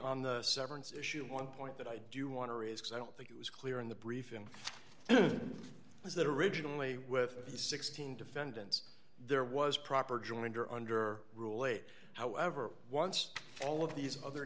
on the severance issue one point that i do want to raise because i don't think it was clear in the briefing is that originally with the sixteen defendants there was proper joinder under rule eight however once all of these other